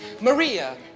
Maria